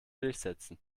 durchsetzen